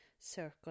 circle